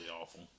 awful